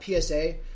PSA